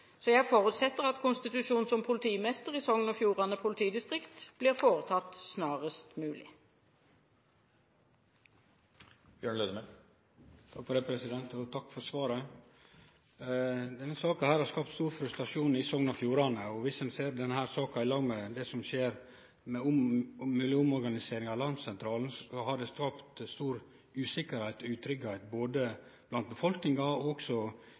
Jeg forutsetter at konstitusjon av politimester i Sogn og Fjordane politidistrikt blir foretatt snarest mulig. Takk for svaret. Denne saka har skapt stor frustrasjon i Sogn og Fjordane. Viss ein ser denne saka i lag med det som skjer med alarmsentralen – ei omorganisering av han – ser ein at dette har skapt stor utryggleik både blant befolkninga og